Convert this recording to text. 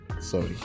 Sorry